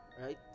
right